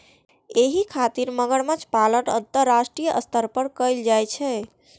एहि खातिर मगरमच्छ पालन अंतरराष्ट्रीय स्तर पर कैल जाइ छै